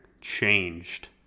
changed